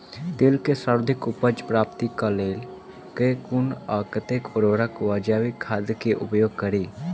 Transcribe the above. तिल केँ सर्वाधिक उपज प्राप्ति केँ लेल केँ कुन आ कतेक उर्वरक वा जैविक खाद केँ उपयोग करि?